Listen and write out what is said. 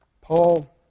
Paul